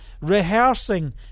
rehearsing